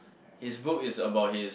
his book is about his